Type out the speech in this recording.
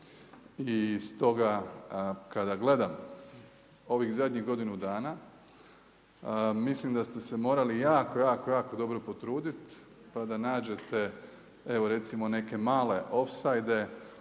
I stoga kada gledam ovih zadnjih godinu dana mislim da ste se morali jako, jako, jako dobro potruditi pa da nađete evo recimo neke male ofsajde